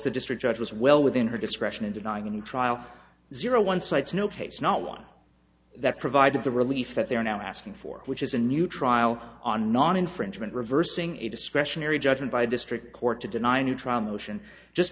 the district judge was well within her discretion in denying the trial zero one cites no case not one that provided the relief that they are now asking for which is a new trial on non infringement reversing a discretionary judgment by district court to deny new trial motion just